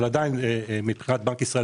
אבל עדיין מבחינת בנק ישראל